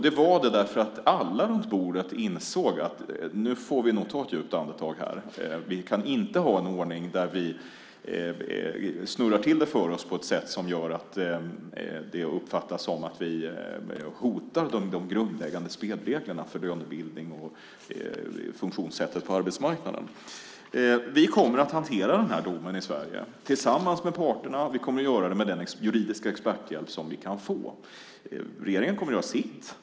Det var det därför att alla runt bordet insåg att vi nog får ta ett djupt andetag nu, att vi inte kan ha en ordning där vi snurrar till det för oss på ett sådant sätt att det uppfattas som att det hotar de grundläggande spelreglerna för lönebildning och funktionssättet på arbetsmarknaden. Vi kommer att hantera den här domen i Sverige, tillsammans med parterna. Vi kommer att göra det med den juridiska experthjälp som vi kan få. Regeringen kommer att göra sitt.